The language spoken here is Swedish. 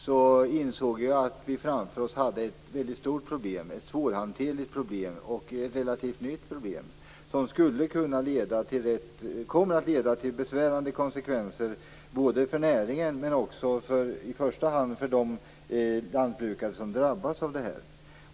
Jag insåg att vi hade ett stort, svårhanterligt och nytt problem framför oss. Det kommer att leda till besvärande konsekvenser för näringen och för de lantbrukare som drabbas.